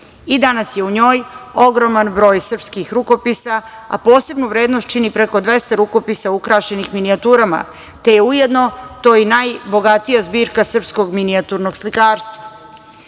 Danas je u njoj ogroman broj srpskih rukopisa, a posebnu vrednost čini preko 200 rukopisa ukrašenih minijaturama, te je ujedno to i najbogatija zbirka srpskog minijaturnog slikarstva.U